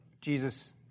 Jesus